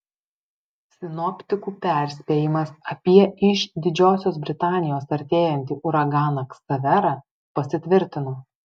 sinoptikų perspėjimas apie iš didžiosios britanijos artėjantį uraganą ksaverą pasitvirtino